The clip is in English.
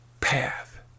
path